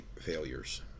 failures